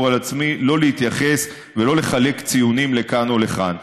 על עצמי שלא להתייחס ולא לחלק ציונים לכאן או לכאן.